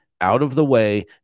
out-of-the-way